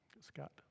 Scott